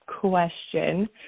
question